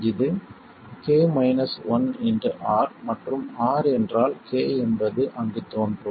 இது R மற்றும் R என்றால் K என்பது அங்கு தோன்றும்